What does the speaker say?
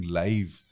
live